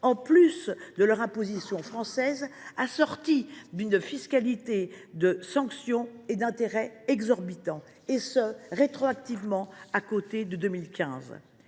en plus de leur imposition française, assortie de sanctions et d’intérêts exorbitants, et ce rétroactivement, à compter de 2015.